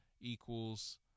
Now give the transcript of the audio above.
equals